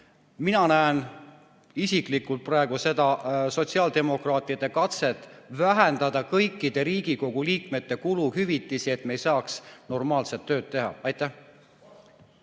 Mina näen isiklikult praegu sotsiaaldemokraatide katset vähendada kõikide Riigikogu liikmete kuluhüvitisi, et me ei saaks normaalselt tööd teha. Ma